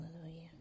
Hallelujah